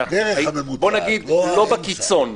בוא נגיד לא בקיצון.